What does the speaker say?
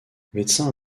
médecin